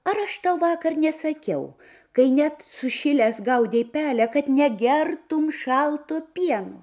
ar aš tau vakar nesakiau kai net sušilęs gaudei pelę kad negertum šalto pieno